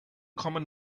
common